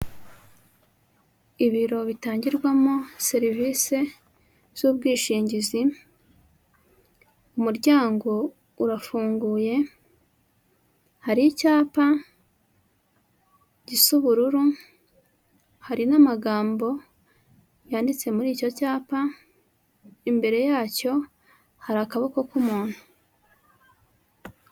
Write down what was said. Ibiro bitangirwamo serivisi z'ubwishingizi umuryango urafunguye, hari icyapa gisa ubururu, hari n'amagambo yanditse muri icyo cyapa, imbere yacyo hari akaboko k'umuntu.